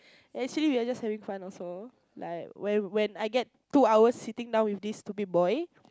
actually we are just having fun also like when I get two hours sitting down with this stupid boy